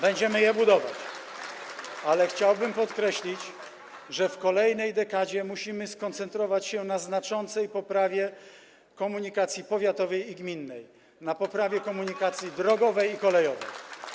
Będziemy je budować, ale chciałbym podkreślić, że w kolejnej dekadzie musimy skoncentrować się na znaczącej poprawie komunikacji powiatowej i gminnej, na poprawie komunikacji drogowej i kolejowej.